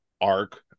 arc